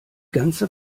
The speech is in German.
ganze